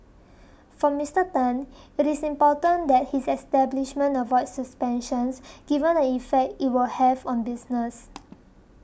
for Mister Tan it is important that his establishment avoids suspensions given the effect it will have on business